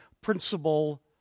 principle